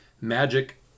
Magic